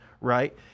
right